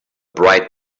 bright